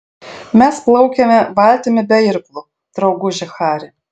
mes plaukiame valtimi be irklų drauguži hari